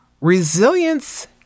resilience